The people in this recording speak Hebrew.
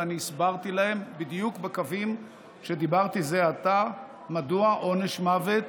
ואני הסברתי להם בדיוק בקווים שדיברתי זה עתה מדוע עונש מוות